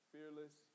Fearless